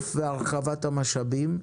מינוף והרחבת המשאבים,